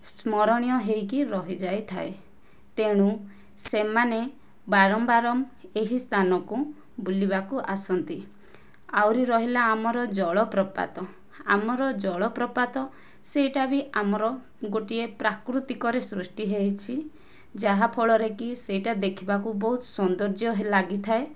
ସ୍ମରଣୀୟ ହୋଇକି ରହିଯାଇଥାଏ ତେଣୁ ସେମାନେ ବାରମ୍ବାର ଏହି ସ୍ଥାନକୁ ବୁଲିବାକୁ ଆସନ୍ତି ଆହୁରି ରହିଲା ଆମର ଜଳପ୍ରପାତ ଆମର ଜଳପ୍ରପାତ ସେହିଟା ବି ଆମର ଗୋଟିଏ ପ୍ରାକୃତିକରେ ସୃଷ୍ଟି ହୋଇଛି ଯାହା ଫଳରେ କି ସେହିଟା ଦେଖିବାକୁ ବହୁତ ସୌନ୍ଦର୍ଯ୍ୟ ଲାଗିଥାଏ